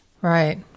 right